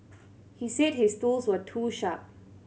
he said his tools were too sharp